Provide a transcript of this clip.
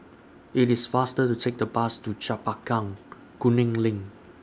IT IS faster to Take The Bus to Chempaka Kuning LINK